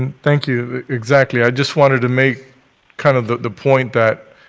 thank you. exactly. i just wanted to make kind of the the point that,